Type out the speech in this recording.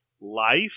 life